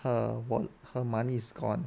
her wa~ her money is gone